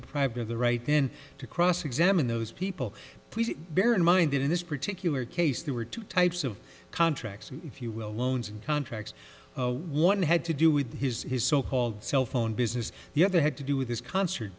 deprived of the right then to cross examine those people please bear in mind that in this particular case there were two types of contracts if you will loans and contracts one had to do with his his so called cell phone business the other had to do with this concert